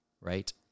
Right